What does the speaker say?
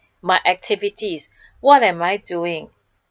my activities what am I doing